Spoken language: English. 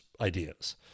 ideas